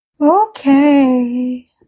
Okay